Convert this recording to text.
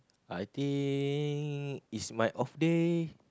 I think it's my off day